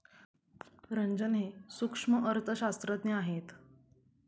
रंजन हे सूक्ष्म अर्थशास्त्रज्ञ आहेत